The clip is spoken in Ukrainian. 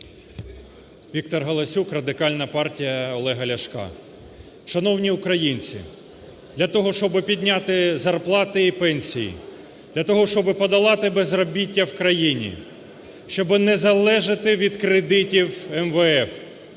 Віктор Галасюк, Радикальна партія Олега Ляшка. Шановні українці, для того, щоб підняти зарплати і пенсії, для того, щоб подолати безробіття в країни, щоб не залежати від кредитів МВФ,